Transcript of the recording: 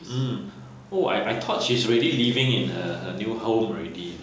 mm oh I I thought she's ready living in her new home already